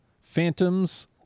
Phantoms